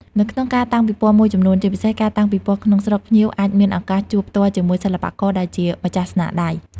នៅក្នុងការតាំងពិពណ៌មួយចំនួន ជាពិសេសការតាំងពិពណ៌ក្នុងស្រុក ភ្ញៀវអាចមានឱកាសជួបផ្ទាល់ជាមួយសិល្បករដែលជាម្ចាស់ស្នាដៃ។